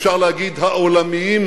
אפשר להגיד: העולמיים,